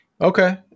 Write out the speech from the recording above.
Okay